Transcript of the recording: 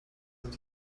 sind